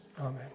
Amen